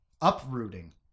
uprooting